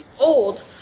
old